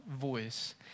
voice